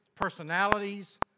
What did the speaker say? personalities